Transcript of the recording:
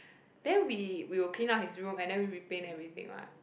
then we we will clean up his room and then we paint everything right